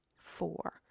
four